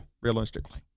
realistically